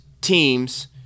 teams